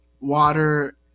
water